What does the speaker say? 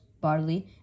barley